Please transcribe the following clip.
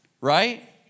Right